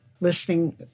listening